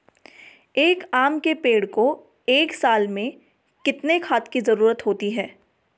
एक आम के पेड़ को एक साल में कितने खाद की जरूरत होती है?